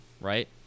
Right